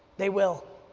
they will.